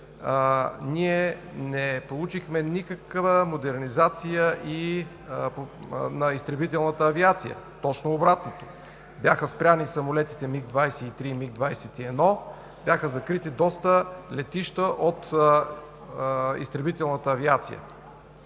не получихме никаква модернизация на изтребителната авиация, точно обратното – бяха спрени самолетите МиГ-23 и МиГ 21, бяха закрити доста летища от изтребителната авиация.